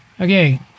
Okay